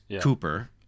Cooper